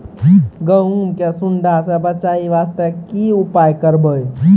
गहूम के सुंडा से बचाई वास्ते की उपाय करबै?